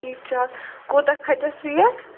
ٹھیٖک چھُ حظ کوٗتاہ کھَسٮ۪س ریٹ